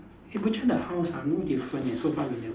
eh butcher the house ah no different eh so far we never see